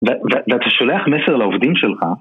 ואתה שולח מסר לעובדים שלך